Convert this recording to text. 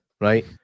right